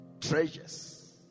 treasures